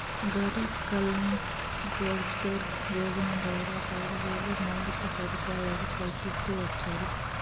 గరీబ్ కళ్యాణ్ రోజ్గార్ యోజన ద్వారా రైల్వేలో మౌలిక సదుపాయాలు కల్పిస్తూ వచ్చారు